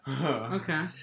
okay